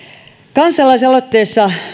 kansalaisaloitteessa